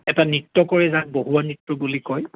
এটা নৃত্য কৰে যাক বহুৱা নৃত্য বুলি কয়